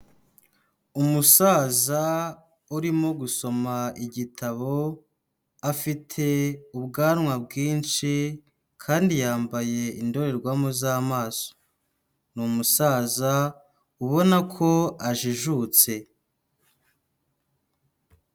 Umusaza urimo gusoma igitabo, afite ubwanwa bwinshi kandi yambaye indorerwamo z'amaso, ni umusaza ubona ko ajijutse.